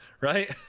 right